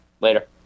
Later